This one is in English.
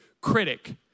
critic